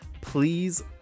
please